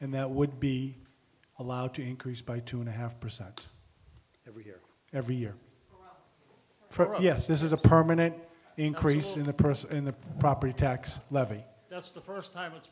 and that would be allowed to increase by two and a half percent every year every year for yes this is a permanent increase in the press in the property tax levy that's the first time it's